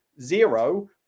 zero